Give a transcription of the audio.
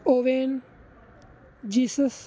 owen jesus